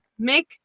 Mick